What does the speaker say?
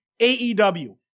AEW